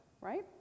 right